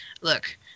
look